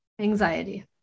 anxiety